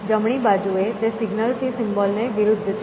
જમણી બાજુએ તે સિગ્નલ થી સિમ્બોલ ને વિરુદ્ધ છે